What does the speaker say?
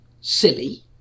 silly